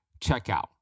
checkout